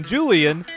Julian